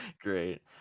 Great